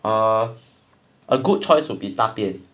err a good choice would be 大便